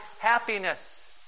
happiness